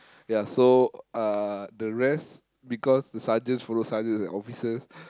ya so uh the rest because the sergeants follow sergeants and officers